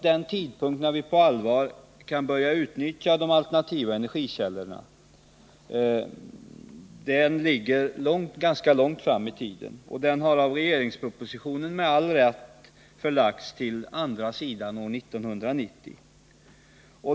Den tidpunkt när vi på allvar kan börja utnyttja de alternativa energikällorna ligger förvisso ganska långt fram i tiden och i energipropositionen har den med all rätt förlagts till andra sidan år 1990.